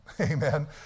Amen